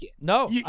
no